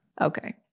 Okay